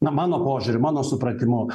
na mano požiūriu mano supratimu